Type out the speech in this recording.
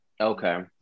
Okay